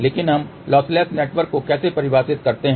लेकिन हम lossless network को कैसे परिभाषित करते हैं